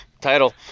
Title